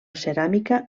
ceràmica